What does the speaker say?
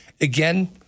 again